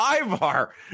Ivar